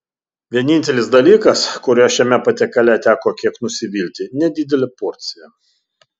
vienintelis dalykas kuriuo šiame patiekale teko kiek nusivilti nedidelė porcija